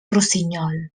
rossinyol